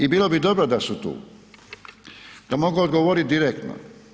I bilo bi dobro da su tu, da mogu odgovoriti direktno.